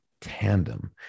tandem